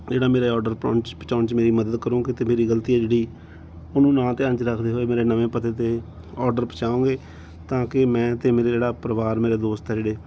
ਜਿਹੜਾ ਮੇਰਾ ਇਹ ਔਡਰ ਪੋਚ ਪਹੁੰਚਾਉਣ 'ਚ ਮੇਰੀ ਮਦਦ ਕਰੋਗੇ ਅਤੇ ਮੇਰੀ ਗਲਤੀ ਹੈ ਜਿਹੜੀ ਉਹਨੂੰ ਨਾਲ਼ ਧਿਆਨ 'ਚ ਰੱਖਦੇ ਹੋਏ ਮੇਰੇ ਨਵੇਂ ਪਤੇ 'ਤੇ ਆਰਡਰ ਪਹੁੰਚਾਓਗੇ ਤਾਂ ਕਿ ਮੈਂ ਤੇ ਮੇਰਾ ਜਿਹੜਾ ਪਰਿਵਾਰ ਮੇਰਾ ਦੋਸਤ ਆ ਜਿਹੜੇ